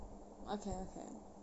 okay okay